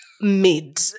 mid